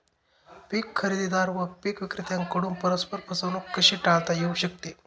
पीक खरेदीदार व पीक विक्रेत्यांकडून परस्पर फसवणूक कशी टाळता येऊ शकते?